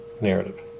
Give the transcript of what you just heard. narrative